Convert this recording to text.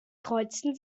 kreuzten